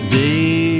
day